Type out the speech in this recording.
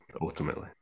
ultimately